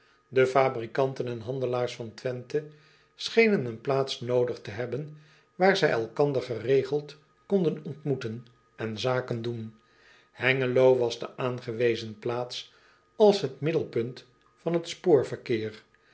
e fabrikanten en handelaars van wenthe schenen een plaats noodig te hebben waar zij elkander geregeld konden ontmoeten en zaken doen engelo was de aangewezen plaats als het middelpunt van het